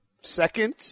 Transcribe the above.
second